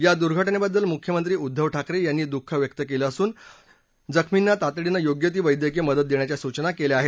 या दुर्घटनेबद्दल मुख्यमंत्री उद्दव ठाकरे यांनी दुःख व्यक्त केलं असून जखमींना तातडीनं योग्य ती वैद्यकीय मदत देण्याच्या सूचना प्रशासनाला केल्या आहेत